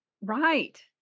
Right